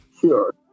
Sure